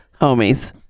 homies